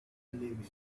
living